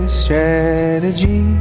strategy